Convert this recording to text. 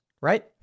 right